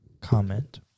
comment